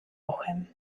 woche